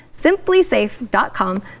Simplysafe.com